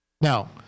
now